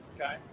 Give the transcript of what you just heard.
okay